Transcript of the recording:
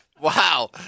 Wow